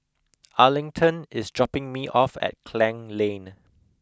Arlington is dropping me off at Klang Lane